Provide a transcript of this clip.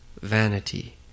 vanity